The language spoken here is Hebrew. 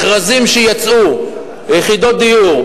מכרזים שיצאו ביחידות דיור,